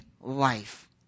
life